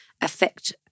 affect